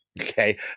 okay